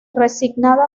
resignada